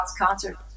concert